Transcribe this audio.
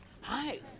Hi